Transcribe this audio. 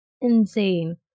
insane